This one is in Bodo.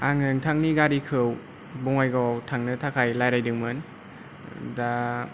आङो नोंथांनि गारिखौ बङाइगावआव थांनो थाखाय रायलायदोंमोन दा